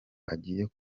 agiye